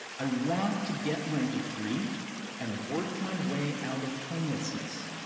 i want to get my degree and work my way out of homelessness.